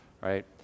right